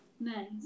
nice